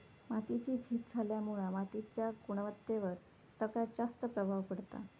मातीची झीज झाल्यामुळा मातीच्या गुणवत्तेवर सगळ्यात जास्त प्रभाव पडता